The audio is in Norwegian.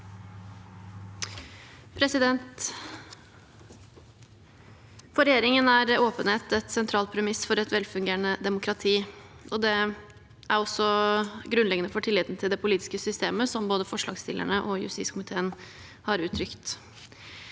For regjeringen er åpenhet et sentralt premiss for et velfungerende demokrati. Det er også grunnleggende for tilliten til det politiske systemet, som både forslagsstillerne og justiskomiteen har uttrykt.